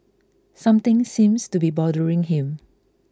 something seems to be bothering him